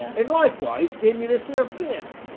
an' likewise gave me this ere pin,